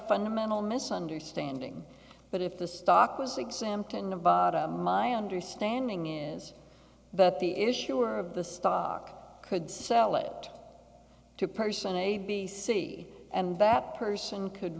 fundamental misunderstanding but if the stock was exempt and my understanding is that the issuer of the stock could sell it to person a b c and that person could